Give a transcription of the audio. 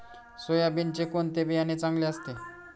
सोयाबीनचे कोणते बियाणे चांगले असते?